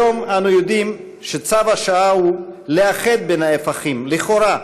היום אנו יודעים שצו השעה הוא לאחד בין ההפכים לכאורה,